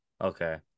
Okay